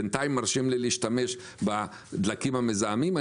בינתיים מרשים לי להשתמש בדלקים המזהמים,